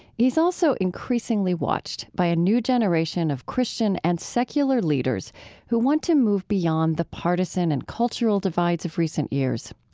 he's also increasingly watched by a new generation of christian and secular leaders who want to move beyond the partisan and cultural divides of recent years.